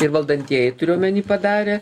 ir valdantieji turiu omeny padarė